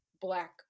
black